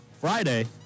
Friday